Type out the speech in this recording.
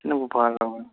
ꯁꯤꯅꯁꯨ ꯐꯔꯕꯅꯤ